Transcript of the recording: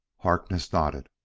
harkness nodded.